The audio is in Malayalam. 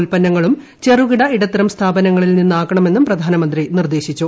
ഉൽപ്പന്നങ്ങളും ചെറുകിട ഇടത്തരം സ്ഥാപനങ്ങളിൽ നിന്നാകണമെന്നും പ്രധാനമന്ത്രി നിർദ്ദേശിച്ചു